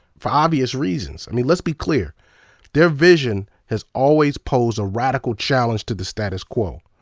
for obvious reasons. and let's be clear their vision has always posed a radical challenge to the status quo.